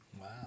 Wow